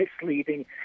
misleading